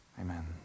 amen